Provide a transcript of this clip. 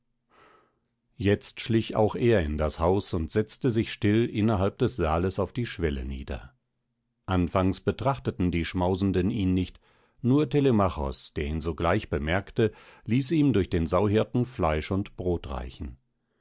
jetzt schlich auch er in das haus und setzte sich still innerhalb des saales auf die schwelle nieder anfangs beachteten die schmausenden ihn nicht nur telemachos der ihn sogleich bemerkte ließ ihm durch den sauhirten fleisch und brot reichen